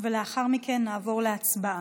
לאחר מכן נעבור להצבעה.